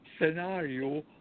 scenario